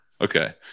okay